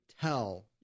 tell